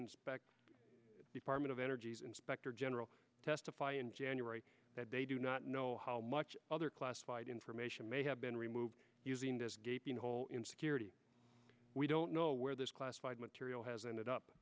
inspector department of energy's inspector general testify in january that they do not know how much other classified information may have been removed using this gaping hole in security we don't know where this classified material has ended up